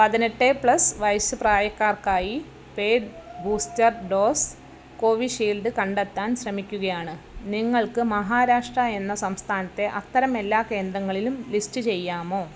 പതിനെട്ട് പ്ലസ്സ് വയസ്സ് പ്രായക്കാർക്കായി പെയ്ഡ് ബൂസ്റ്റർ ഡോസ് കോവിഷീൽഡ് കണ്ടെത്താൻ ശ്രമിക്കുകയാണ് നിങ്ങൾക്ക് മഹാരാഷ്ട്ര എന്ന സംസ്ഥാനത്തെ അത്തരം എല്ലാ കേന്ദ്രങ്ങളിലും ലിസ്റ്റ് ചെയ്യാമോ